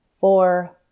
Four